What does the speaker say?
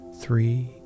three